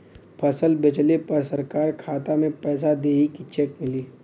फसल बेंचले पर सरकार खाता में पैसा देही की चेक मिली?